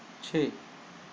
چھ